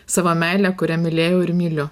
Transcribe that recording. savo meilę kuria mylėjau ir myliu